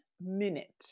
minute